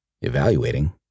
evaluating